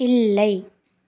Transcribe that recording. இல்லை